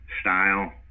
style